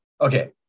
okay